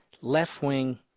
left-wing